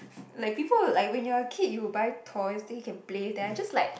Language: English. like people like when you are kid you will buy toys then you can play there just like